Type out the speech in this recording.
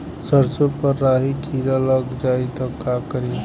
सरसो पर राही किरा लाग जाई त का करी?